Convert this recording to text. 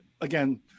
again